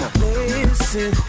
listen